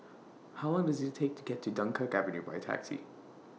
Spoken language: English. How Long Does IT Take to get to Dunkirk Avenue By Taxi